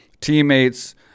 teammates